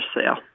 sale